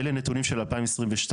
אלה נתונים של 2022,